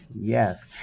Yes